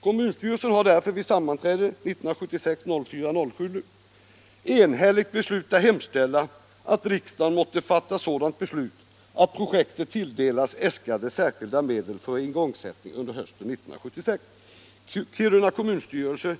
Kommunstyrelsen har därför vid sammanträde 1976-04-07 enhälligt beslutat hemställa att riksdagen måtte fatta sådant beslut att projektet tilldelas äskade särskilda medel för igångsättning under hösten 1976. Gällivare kommunstyrelse